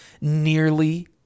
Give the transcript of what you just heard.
nearly